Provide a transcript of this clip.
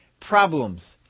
problems